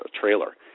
trailer